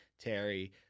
Terry